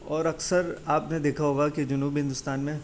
اور اکثر آپ نے دیکھا ہوگا کہ جنوبی ہندوستان میں